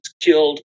killed